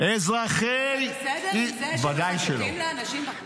אתה בסדר עם זה שמחטטים לאנשים בטלפון?